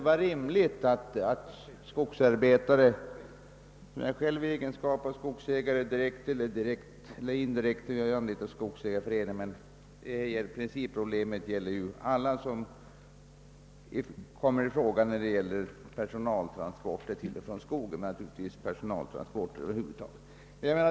Jag har själv i egenskap av skogsägare en viss kontakt med detta problem, som naturligtvis måste gälla personaltransporter över huvud taget.